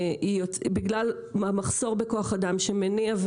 בגלל המחסור בכוח אדם שמניע,